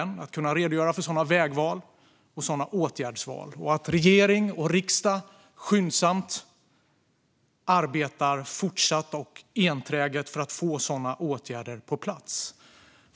Vi måste kunna redogöra för vägval och åtgärdsval, och regering och riksdag måste skyndsamt, fortsatt och enträget arbeta för att få åtgärder på plats.